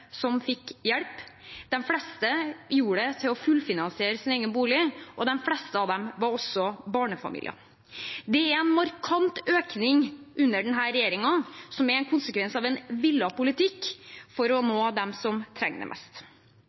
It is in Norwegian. som fikk hjelp. De fleste gjorde det for å fullfinansiere sin egen bolig, og de fleste av dem var også barnefamilier. Det er en markant økning under denne regjeringen, som er en konsekvens av en villet politikk for å nå dem som trenger det mest.